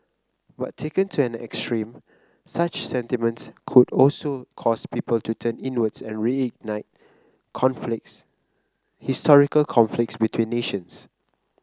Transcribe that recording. but taken to an extreme such sentiments could also cause people to turn inwards and reignite conflicts historical conflicts between nations